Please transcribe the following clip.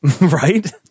Right